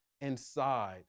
inside